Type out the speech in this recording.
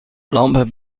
لامپ